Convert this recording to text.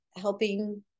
helping